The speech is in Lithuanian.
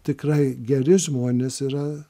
tikrai geri žmonės yra